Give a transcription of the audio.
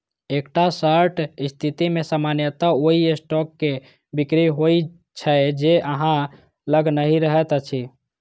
एकटा शॉर्ट स्थिति मे सामान्यतः ओइ स्टॉक के बिक्री होइ छै, जे अहां लग नहि रहैत अछि